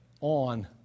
on